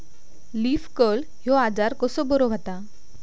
Leaf curl ह्यो आजार कसो बरो व्हता?